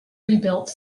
rebuilt